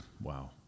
Wow